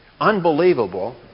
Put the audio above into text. unbelievable